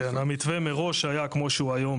כן, המתווה מראש היה כמו שהוא היום.